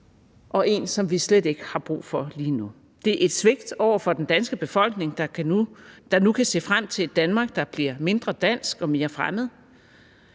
og en, som vi slet ikke har brug for lige nu. Det er et svigt over for den danske befolkning, der nu kan se frem til et Danmark, der bliver mindre dansk og mere fremmed,